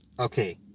Okay